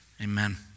Amen